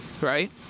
right